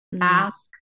Ask